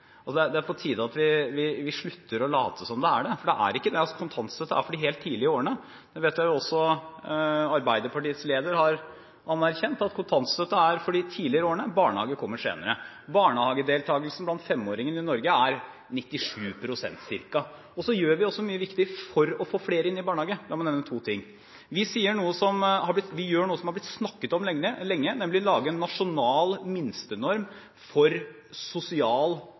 Det er på tide at vi slutter å late som om det er det, for det er ikke det. Kontantstøtte er for de helt tidlige årene. Jeg vet at også Arbeiderpartiets leder har anerkjent at kontantstøtte er for de tidligere årene, barnehage kommer senere. Barnehagedeltakelsen blant femåringene i Norge er på ca. 97 pst. Vi gjør også mye viktig for å få flere inn i barnehage. La meg nevne to ting: Vi gjør noe som har blitt snakket om lenge, nemlig å lage en nasjonal minstenorm for